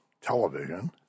television